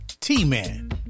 t-man